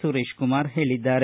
ಸುರೇಶ ಕುಮಾರ ಹೇಳಿದ್ದಾರೆ